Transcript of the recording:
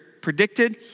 predicted